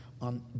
on